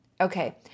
Okay